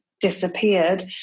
disappeared